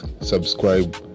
subscribe